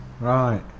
right